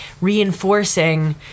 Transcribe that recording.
reinforcing